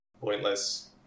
pointless